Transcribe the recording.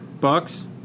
Bucks